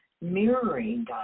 mirroring